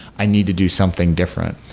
i need to do something different.